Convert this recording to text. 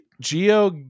Geo